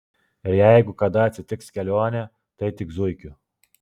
ir jeigu kada atsitiks kelionė tai tik zuikiu